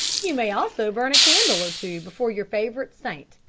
you may also burn a candle or two before your favourite saint,